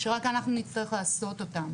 שרק אנחנו נצטרך לעשות אותן.